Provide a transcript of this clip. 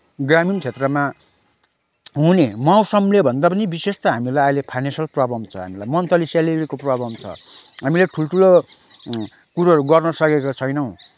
ग्रामीण क्षेत्रमा हुने मौसमलेभन्दा पनि विशेष त हामीलाई अहिले फाइनेन्सियल प्रब्लम छ हामीलाई मन्थली स्यालेरीको प्रब्लम छ हामीले ठुलो ठुलो कुरोहरू गर्न सकेको छैनौँ